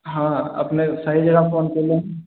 हॅं अपने सही जगह फोन केलहुॅं